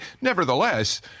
Nevertheless